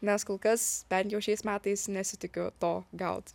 nes kol kas bent jau šiais metais nesitikiu to gaut